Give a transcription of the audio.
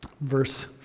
verse